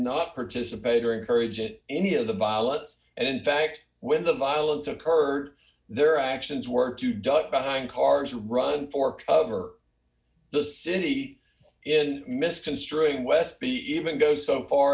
not participate or encourage it any of the violence and in fact when the violence occurred their actions were to duck behind cars run for cover the city in misconstruing westby even go so far